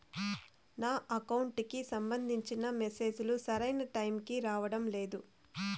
నా అకౌంట్ కు సంబంధించిన మెసేజ్ లు సరైన టైము కి రావడం లేదు